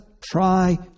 try